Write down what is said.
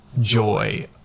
joy